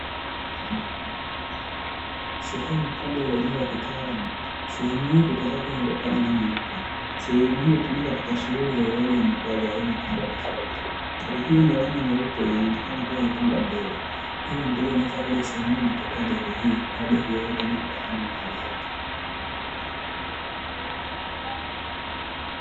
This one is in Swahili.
Sehemu kubwa iliojengwa kitaalamu, sehemu hii kuta zake zimepakwa rangi nyeupe, sehemu hii hutumika katika shughuli za uuzaji wa magari aina tofautitofauti, gari hii yenye rangi nyeupe inaonekana kuwa imepangwa mbele hivyo mteja anaweza kuja kujipatia gari hii au gari lolote linalopatikana mahali hapa.